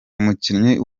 umukinnyi